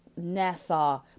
NASA